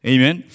Amen